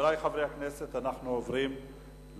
חברי חברי הכנסת, אנחנו עוברים להצבעה.